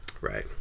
Right